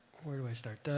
where do i start,